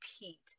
repeat